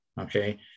okay